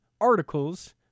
articles